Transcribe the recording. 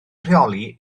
rheoli